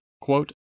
quote